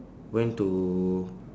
went to